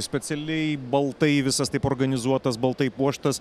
specialiai baltai visas taip organizuotas baltai puoštas